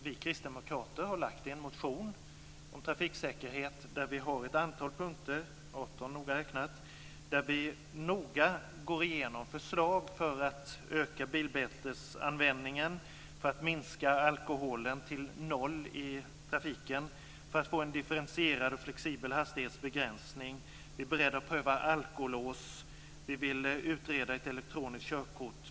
Vi kristdemokrater har lagt en motion om trafiksäkerhet med 18 punkter, där vi noga går igenom förslag om att öka bilbältesanvändningen, att minska alkoholen till noll i trafiken, att få en differentierad och flexibel hastighetsbegränsning. Vi är beredda att pröva alkolås. Vi vill utreda ett elektroniskt körkort.